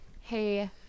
hey